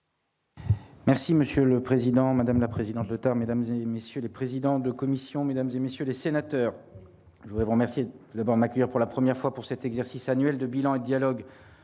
monsieur le président, madame la présidente Leuthard mesdames et messieurs les présidents de commission, mesdames et messieurs les sénateurs, je voudrais vous remercier d'avoir maquillé, pour la première fois pour cet exercice annuel de bilan et dialogue